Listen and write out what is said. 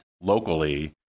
locally